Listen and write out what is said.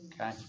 Okay